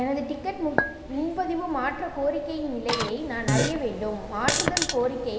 எனது டிக்கெட் மு முன்பதிவு மாற்றக் கோரிக்கையின் நிலையை நான் அறிய வேண்டும் மாற்றுதல் கோரிக்கை